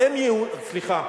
סליחה,